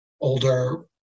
older